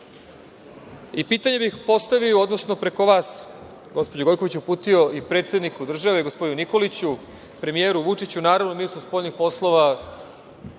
Krima. Pitanje bih postavio, odnosno preko vas, gospođo Gojković, uputio i predsedniku države, gospodinu Nikoliću, premijeru Vučiću, naravno, ministru spoljnih poslova